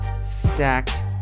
stacked